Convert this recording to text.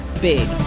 big